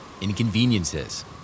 inconveniences